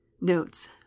Notes